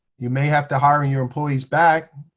you may have to hire your employees back.